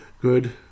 Good